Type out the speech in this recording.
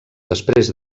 després